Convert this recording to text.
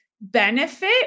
benefit